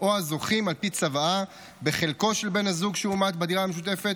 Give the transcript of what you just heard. או הזוכים על פי צוואה בחלקו של בן הזוג שהומת בדירה המשותפת,